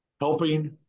helping